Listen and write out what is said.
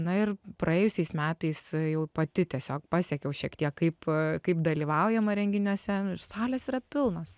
na ir praėjusiais metais jau pati tiesiog pasekiau šiek tiek kaip kaip dalyvaujama renginiuose ir salės yra pilnos